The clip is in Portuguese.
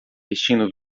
vestindo